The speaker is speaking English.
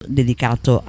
dedicato